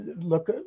look